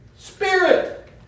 Spirit